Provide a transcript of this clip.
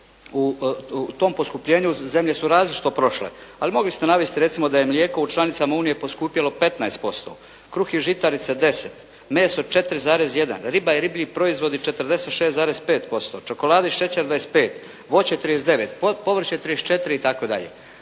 u tom poskupljenju zemlje su različito prošle, ali mogli ste navesti recimo da je mlijeko u članicama Unije poskupjelo 15%, kruh i žitarice 10, meso 4,1, riba i riblji proizvodi 46,5%, čokolade i šećer 25, voće 39, povrće 34 itd.